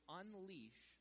unleash